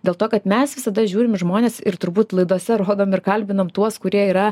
dėl to kad mes visada žiūrim į žmones ir turbūt laidose rodom ir kalbinam tuos kurie yra